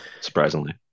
surprisingly